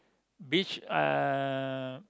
beach uh